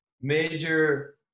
major